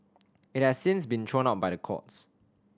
it has since been thrown out by the courts